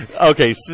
okay